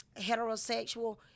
heterosexual